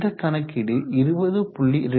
இந்த கணக்கீடு 20